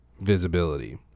visibility